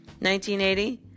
1980